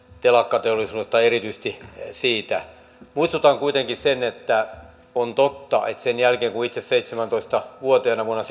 telakkateollisuudesta erityisesti siitä muistutan kuitenkin siitä että on totta että sen jälkeen kun itse seitsemäntoista vuotiaana vuonna